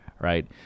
right